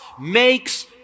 makes